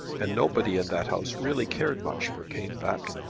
and nobody in that house really cared much for caneback.